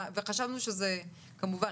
וחשבו שזה כמובן,